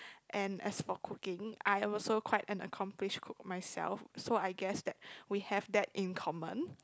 and as for cooking I also quite an accomplish cook for myself so I guess that we have that in common